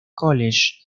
college